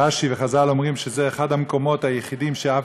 רש"י וחז"ל אומרים שזה אחד המקומות היחידים שאף